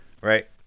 Right